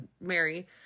Mary